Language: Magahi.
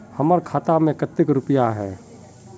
हमर खाता में केते रुपया है?